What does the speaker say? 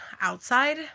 outside